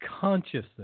consciousness